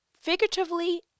figuratively